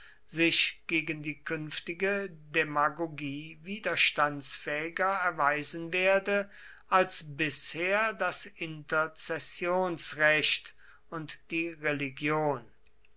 sich gegen die künftige demagogie widerstandsfähiger erweisen werde als bisher das interzessionsrecht und die religion